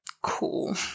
cool